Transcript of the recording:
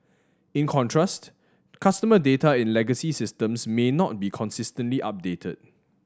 in contrast customer data in legacy systems may not be consistently updated